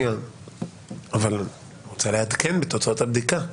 אני רוצה לעדכן בתוצאות הבדיקה.